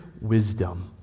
wisdom